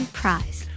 prize